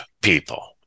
people